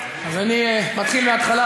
אני מתחיל מההתחלה.